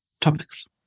topics